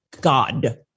God